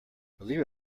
believe